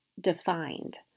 defined